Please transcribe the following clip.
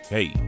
Hey